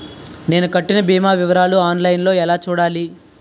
నేను కట్టిన భీమా వివరాలు ఆన్ లైన్ లో ఎలా చూడాలి?